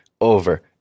over